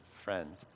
friend